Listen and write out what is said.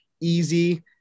Easy